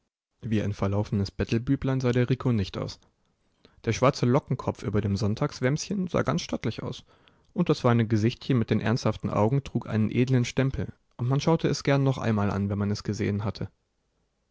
wie ein verlaufenes bettelbüblein sah der rico nicht aus der schwarze lockenkopf über dem sonntagswämschen sah ganz stattlich aus und das feine gesichtchen mit den ernsthaften augen trug einen edlen stempel und man schaute es gern noch einmal an wenn man es gesehen hatte